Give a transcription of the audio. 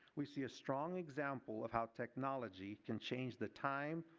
we see a strong example of how technology can changes the time,